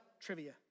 trivia